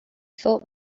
thought